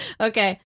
Okay